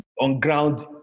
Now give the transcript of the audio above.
on-ground